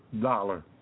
dollar